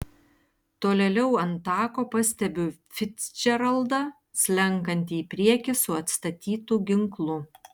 tolėliau ant tako pastebiu ficdžeraldą slenkantį į priekį su atstatytu ginklu